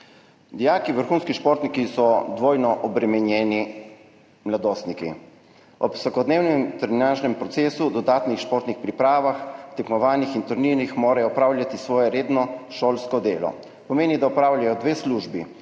Dijaki – vrhunski športniki so dvojno obremenjeni mladostniki. Ob vsakodnevnem trenažnem procesu, dodatnih športnih pripravah, tekmovanjih in turnirji morajo opravljati svoje redno šolsko delo. To pomeni, da opravljajo dve službi.